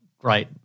great